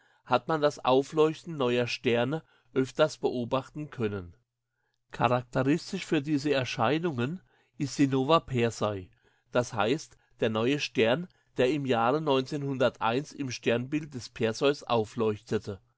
hat man das aufleuchten neuer sterne öfters beobachten können charakteristisch für diese erscheinungen ist die nova persei das heißt der neue stern der im jahre im sternbild des perseus aufleuchtete